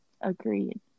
Agreed